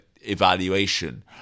evaluation